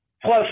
Plus